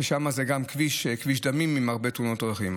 שגם שם זה כביש דמים עם הרבה תאונות דרכים.